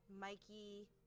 Mikey